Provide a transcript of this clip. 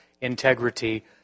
integrity